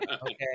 Okay